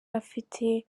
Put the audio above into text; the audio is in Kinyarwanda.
afite